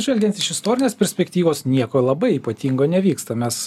žvelgiant iš istorinės perspektyvos nieko labai ypatingo nevyksta mes